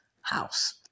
house